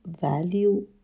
value